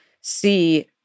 see